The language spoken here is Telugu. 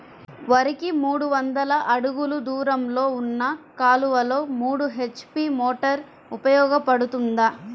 వరికి మూడు వందల అడుగులు దూరంలో ఉన్న కాలువలో మూడు హెచ్.పీ మోటార్ ఉపయోగపడుతుందా?